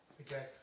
Okay